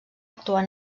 actuar